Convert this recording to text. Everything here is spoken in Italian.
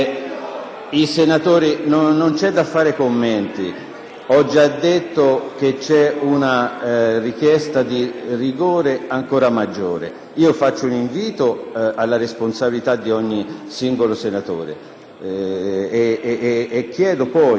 Ho già detto che c'è una richiesta di rigore ancora maggiore. Rivolgo un invito alla responsabilità di ogni singolo senatore chiedendo, al contempo, ai colleghi senatori Segretari di